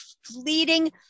fleeting